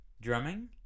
drumming